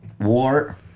war